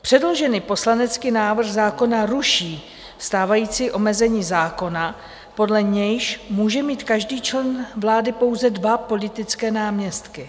Předložený poslanecký návrh zákona ruší stávající omezení zákona, podle nějž může mít každý člen vlády pouze dva politické náměstky.